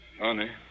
Honey